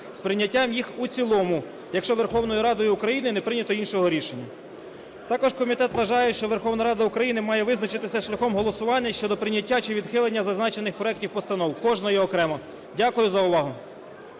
з прийняттям їх у цілому, якщо Верховною Ради України не прийнято іншого рішення. Також комітет вважає, що Верховна Рада України має визначитися шляхом голосування і щодо прийняття чи відхилення зазначених проектів постанов, кожної окремо. Дякую за увагу.